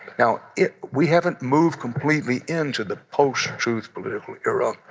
now it we haven't moved completely into the post-truth political era.